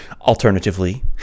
Alternatively